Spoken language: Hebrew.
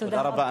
תודה רבה.